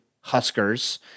Huskers